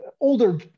older